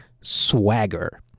swagger